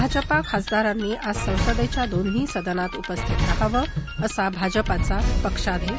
भाजपा खासदारांनी आज संसदेच्या दोन्ही सदनात उपस्थित रहावं असा भाजपाचा पक्षादेश